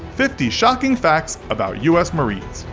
fifty shocking facts about us marines.